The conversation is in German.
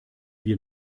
wir